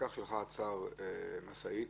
הפקח שלך עצר משאית,